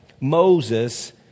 Moses